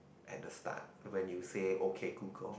at the start when you say okay Google